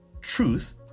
truth